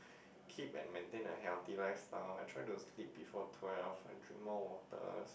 keep and maintain a healthy life style I try to sleep before twelve and drink more water